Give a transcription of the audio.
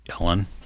Ellen